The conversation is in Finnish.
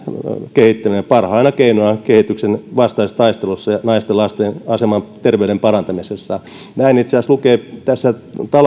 kehittäminen parhaina keinoina kehityksen vastaisessa taistelussa ja naisten ja lasten aseman ja terveyden parantamisessa näin itse asiassa lukee tässä